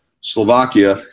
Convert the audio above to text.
Slovakia